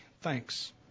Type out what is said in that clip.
Thanks